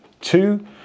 two